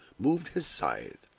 moved his scythe.